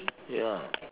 ya